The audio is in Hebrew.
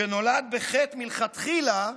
שנולד בחטא מלכתחילה,